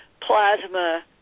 plasma